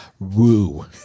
woo